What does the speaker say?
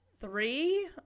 three